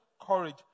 courage